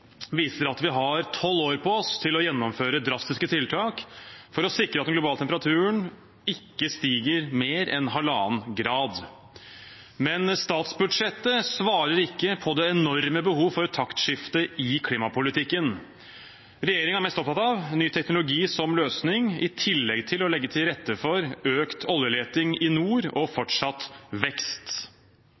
viser at vi har tolv år på oss til å gjennomføre drastiske tiltak for å sikre at den globale temperaturen ikke stiger mer enn 1,5 grader. Men statsbudsjettet svarer ikke på det enorme behovet for taktskifte i klimapolitikken. Regjeringen er mest opptatt av ny teknologi som løsning, i tillegg til å legge til rette for økt oljeleting i nord og fortsatt vekst.